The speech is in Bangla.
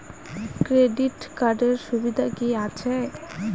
ক্রেডিট কার্ডের সুবিধা কি আছে?